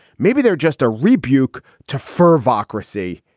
maybe they're just a rebuke to fervor ocracy.